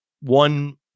One